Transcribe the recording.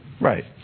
Right